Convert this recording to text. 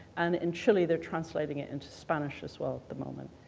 and in chile they're translating it into spanish as well at the moment.